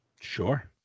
Sure